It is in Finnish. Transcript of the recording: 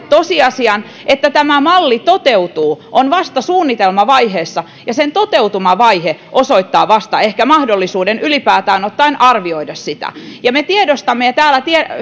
tosiasian että tämä malli joka toteutuu on vasta suunnitelmavaiheessa ja sen toteutumavaihe vasta ehkä osoittaa mahdollisuuden ylipäätään ottaen arvioida sitä ja me tiedostamme ja täällä